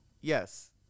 Yes